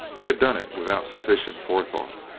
he had done it without sufficient forethought,